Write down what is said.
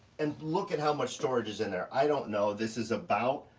and look at how much storage is in there, i don't know this is about,